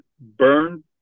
burned